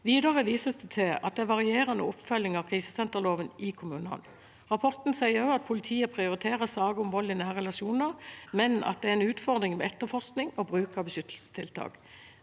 Videre vises det til at det er varierende oppfølging av krisesenterloven i kommunene. Rapporten sier også at politiet prioriterer saker om vold i nære relasjoner, men at det er en utfordring ved etterforskning og bruk av beskyttelsestiltak.